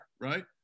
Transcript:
right